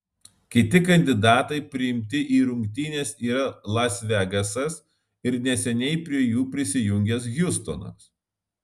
kiti kandidatai priimti į rungtynes yra las vegasas ir neseniai prie jų prisijungęs hjustonas